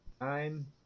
Nine